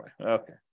Okay